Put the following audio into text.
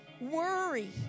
worry